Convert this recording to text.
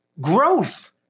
Growth